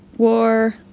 war,